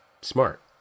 smart